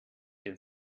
den